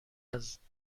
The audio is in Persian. ازگار